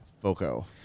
FOCO